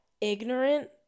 ignorant